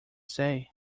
say